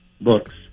Books